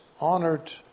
honored